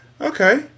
okay